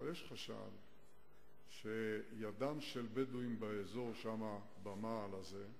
אבל יש חשד שידם של בדואים באזור במעל הזה,